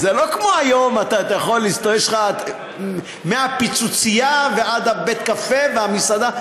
זה לא כמו היום שיש לך מהפיצוצייה ועד בית-הקפה והמסעדה.